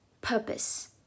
purpose